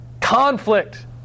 conflict